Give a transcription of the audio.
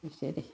হৈছে দে